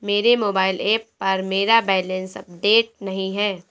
मेरे mobile app पर मेरा बैलेंस अपडेट नहीं है